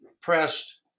pressed